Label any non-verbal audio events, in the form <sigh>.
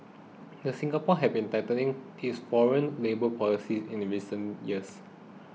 <unintelligible> Singapore has been tightening its foreign labour policies in recent years